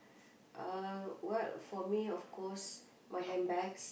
uh what for me of course my handbags